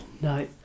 No